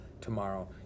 tomorrow